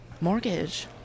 Mortgage